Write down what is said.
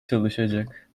çalışacak